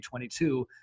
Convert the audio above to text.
2022